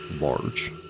large